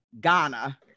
Ghana